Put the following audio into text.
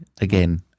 Again